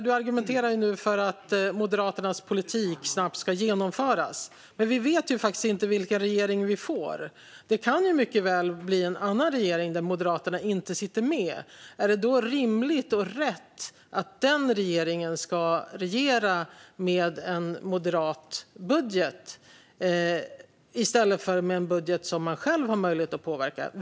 Du argumenterar för att Moderaternas politik snabbt ska genomföras. Men vi vet ju faktiskt inte vilken regering vi får. Det kan mycket väl bli en annan regering, där Moderaterna inte sitter med. Är det då rimligt och rätt att den regeringen ska regera med en moderat budget, i stället för med en budget som man själv har möjlighet att påverka?